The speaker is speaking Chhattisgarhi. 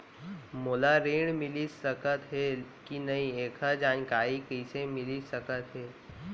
मोला ऋण मिलिस सकत हे कि नई एखर जानकारी कइसे मिलिस सकत हे?